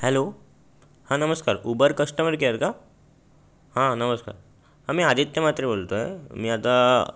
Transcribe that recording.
hello हां नमस्कार Uber customer care का हां नमस्कार हां मी आदित्य म्हात्रे बोलतो आहे मी आता